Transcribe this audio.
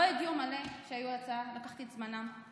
לא הגיעו מלא שהיו בהצעה, לקחתי את זמנם.